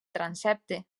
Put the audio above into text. transsepte